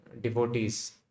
devotees